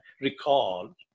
recall